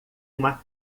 uma